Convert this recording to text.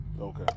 okay